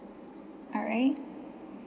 alright